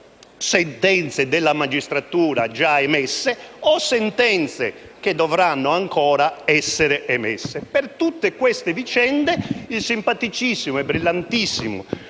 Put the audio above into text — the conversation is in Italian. sentenze della magistratura già emesse o sentenze che dovranno ancora essere emesse. Per tutte queste vicende il simpaticissimo e brillantissimo